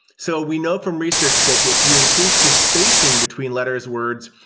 so we know from research that if you increase the spacing between letters, words,